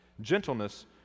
Gentleness